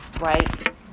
right